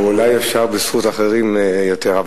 אולי אפשר, בזכות אחרים, יותר.